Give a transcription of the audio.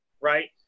right